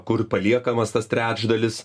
kur paliekamas tas trečdalis